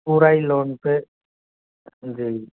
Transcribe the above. पूरा ही लोन पे जी